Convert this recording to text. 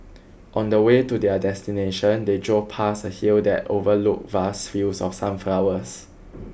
on the way to their destination they drove past a hill that overlooked vast fields of sunflowers